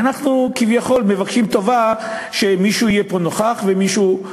ואנחנו כביכול מבקשים טובה שמישהו יהיה פה נוכח ומישהו יתייחס לזה,